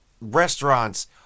restaurants